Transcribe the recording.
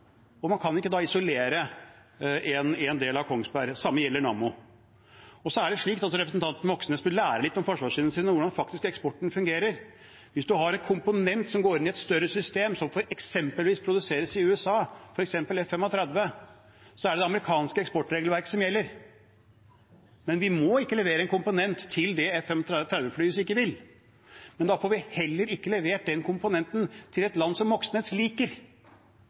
Man kan ikke da isolere én del av Kongsberg. Det samme gjelder Nammo. Representanten Moxnes bør lære litt om forsvarsindustrien og hvordan faktisk eksporten fungerer. Hvis man har en komponent som går inn i et større system som eksempelvis produseres i USA, f.eks. F-35, er det det amerikanske eksportregelverket som gjelder. Men vi må ikke levere en komponent til det F-35-flyet hvis ikke vi vil. Men da får vi heller ikke levert den komponenten til et land som Moxnes liker.